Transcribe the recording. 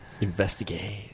Investigate